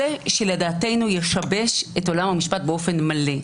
שלדעתנו ישבש את עולם המשפט באופן מלא.